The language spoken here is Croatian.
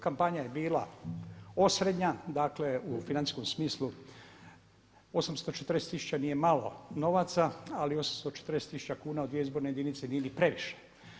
Kampanja je bila osrednja, dakle u financijskom smislu 840 tisuća nije malo novaca, ali 840 tisuća kuna u dvije izborne jedinice nije ni previše.